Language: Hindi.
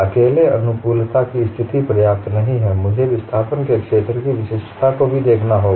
अकेले अनुकूलता की स्थिति पर्याप्त नहीं है मुझे विस्थापन के क्षेत्र की विशिष्टता को भी देखना होगा